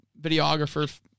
videographer